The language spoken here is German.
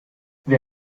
wer